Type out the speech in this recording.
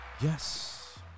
Yes